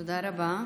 תודה רבה.